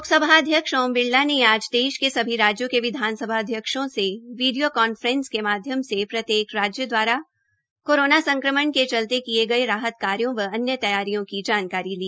लोकसभा अध्यक्ष ओम बिड़ला ने आज देश के सभी राज्यों के विधानसभा अध्यक्षों से वीडियो कांफ्रैसिंग के जरिए प्रत्येक राज्य दवारा कोरोना संक्रमण के चलते किए गए राहत कार्यो व अन्य तैयारियों की जानकारी ली